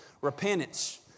Repentance